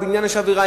אם לבניין יש עבירה,